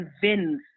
convince